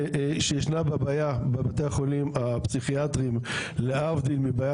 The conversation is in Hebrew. שישנה בעיה בבתי החולים הפסיכיאטרים להבדיל מבעיה